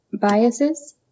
biases